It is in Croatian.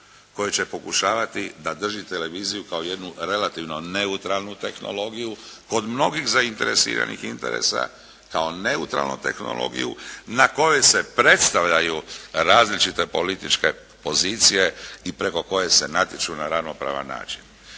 koje će pokušavati da drži televiziju kao jednu relativno neutralnu tehnologiju kod mnogih zainteresiranih interesa kao neutralnu tehnologiju na kojoj se predstavljaju različite političke pozicije i preko koje se natječu na ravnopravan način.